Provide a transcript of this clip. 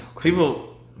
people